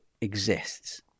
exists